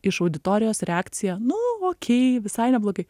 iš auditorijos reakcija nu okei visai neblogai